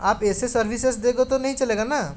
आप ऐसे सर्विसेस दोगे तो नहीं चलेगा न